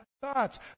thoughts